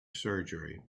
surgery